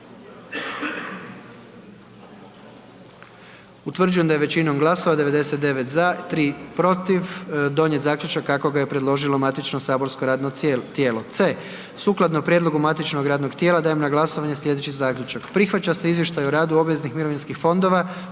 Utvrđujem da je većinom glasova, 99 za, 3 protiv donijet zaključak kako ga je preložilo matično saborsko radno tijelo. c) sukladno prijedlogu matičnog radnog tijela dajem na glasovanje sljedeći zaključak, prihvaća se Izvještaj radu obveznih mirovinskih fondova